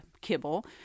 kibble